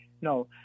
No